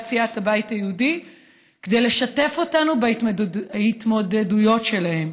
סיעת הבית היהודי כדי לשתף אותנו בהתמודדויות שלהם.